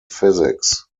physics